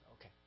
Okay